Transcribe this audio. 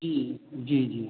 जी जी जी